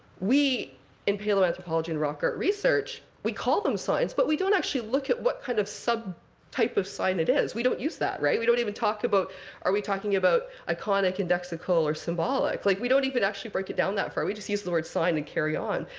we in paleoanthropology and rock art research we call them signs, but we don't actually look at what kind of type of sign it is. we don't use that, right? we don't even talk about are we talking about iconic, indexical, or symbolic? like, we don't even actually break it down that far. we just use the word sign and carry on.